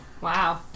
Wow